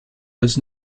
this